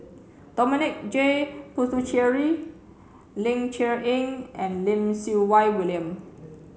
Dominic J Puthucheary Ling Cher Eng and Lim Siew Wai William